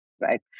Right